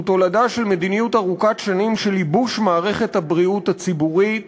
הוא תולדה של מדיניות ארוכת שנים של ייבוש מערכת הבריאות הציבורית